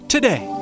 Today